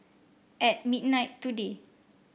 at midnight today